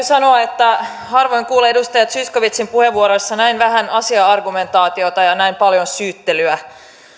sanoa että harvoin kuulee edustaja zyskowiczin puheenvuoroissa näin vähän asia argumentaatiota ja näin paljon syyttelyä